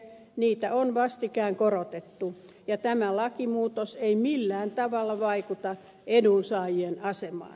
niitä on vastikään korotettu ja tämä lakimuutos ei millään tavalla vaikuta edunsaajien asemaan